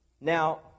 Now